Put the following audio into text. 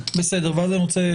אני רוצה